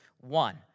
one